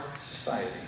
society